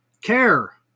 Care